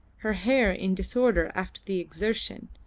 her hair in disorder after the exertion,